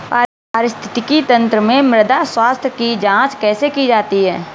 पारिस्थितिकी तंत्र में मृदा स्वास्थ्य की जांच कैसे की जाती है?